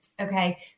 okay